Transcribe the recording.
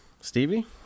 Stevie